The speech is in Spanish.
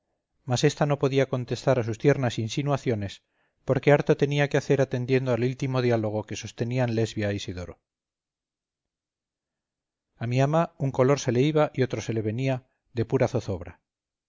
mas ésta no podía contestar a sus tiernas insinuaciones porque harto tenía que hacer atendiendo al íntimo diálogo que sostenían lesbia e isidoro a mi ama un color se le iba y otro se le venía de pura zozobra